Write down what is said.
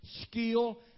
skill